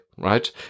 right